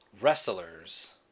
Wrestlers